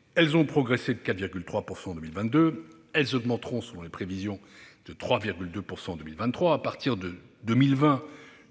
en valeur de 4,3 % en 2022 et augmenteront, selon les prévisions, de 3,2 % en 2023. À partir de 2020,